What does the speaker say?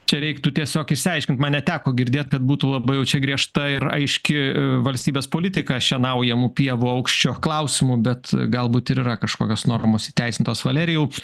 čia reiktų tiesiog išsiaiškint man neteko girdėt kad būtų labai jau čia griežta ir aiški valstybės politika šienaujamų pievų aukščio klausimu bet galbūt ir yra kažkokios normos įteisintos valerijau